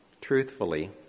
Truthfully